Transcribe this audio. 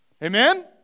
Amen